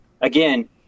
again